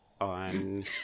on